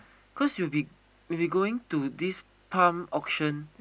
cause we'll be we'll be going to this Palm auction